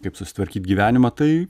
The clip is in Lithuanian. kaip susitvarkyt gyvenimą tai